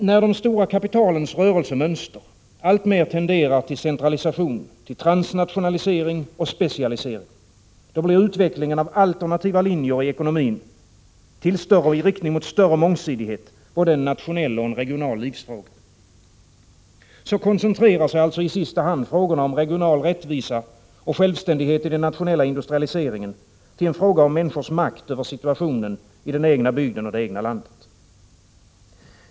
När de stora kapitalens rörelsemönster alltmer tenderar till centralisation, transnationalisering och specialisering, blir utvecklingen av alternativa linjer i ekonomin i riktning mot större mångsidighet både en nationell och en regional livsfråga. Så koncentrerar sig i sista hand frågorna om regional rättvisa och självständighet i den nationella industrialiseringen till en fråga om människors makt över situationen i den egna bygden och det egna landet.